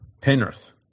Penrith